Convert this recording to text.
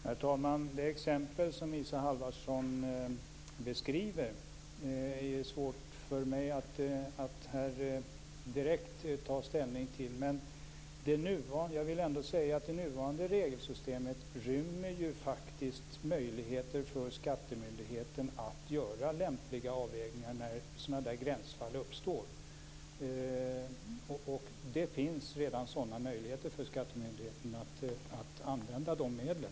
Herr talman! Det exempel som Isa Halvarsson beskriver är det svårt för mig att direkt ta ställning till. Men jag vill ändå säga att det nuvarande regelsystemet faktiskt rymmer möjligheter för skattemyndigheten att göra lämpliga avvägningar när sådana där gränsfall uppstår. Det finns redan möjligheter för skattemyndigheterna att använda de medlen.